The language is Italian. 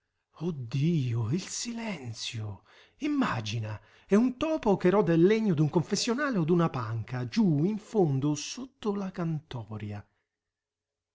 dio il silenzio immagina e un topo che roda il legno d'un confessionale o d'una panca giù in fondo sotto la cantoria